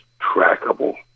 trackable